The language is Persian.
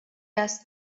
است